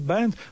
Band